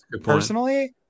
personally